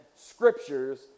scriptures